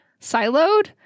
siloed